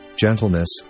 gentleness